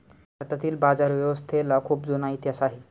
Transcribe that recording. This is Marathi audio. भारतातील बाजारव्यवस्थेला खूप जुना इतिहास आहे